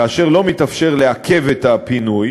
כאשר לא מתאפשר לעכב את הפינוי